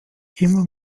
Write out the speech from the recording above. immer